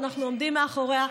שאנחנו עומדים מאחוריה,